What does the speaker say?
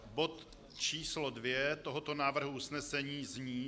Bod číslo 2 tohoto návrhu usnesení zní: